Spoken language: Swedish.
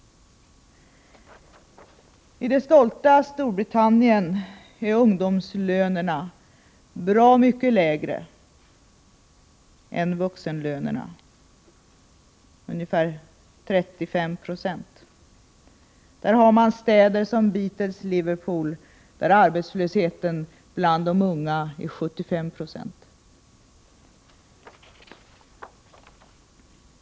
I det stolta Storbritannien är ungdomslönerna bra mycket lägre än vuxenlönerna — ungefär 35260. Där finns städer som Beatles Liverpool, där arbetslösheten bland de unga är 75 90.